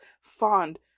fond